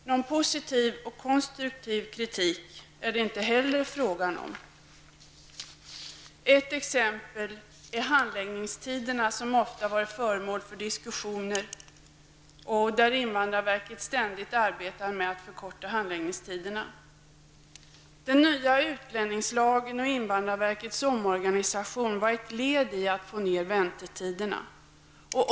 Någon positiv och konstruktiv kritik är det inte heller fråga om. Ett exempel är handläggningstiderna, som ofta varit föremål för diskussioner. Invandrarverket arbetar ständigt med att förkorta handläggningstiderna. Den nya utlänningslagen och invandrarverkets omorganisation var ett led i strävandena att få ner väntetiderna.